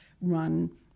run